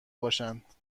باشند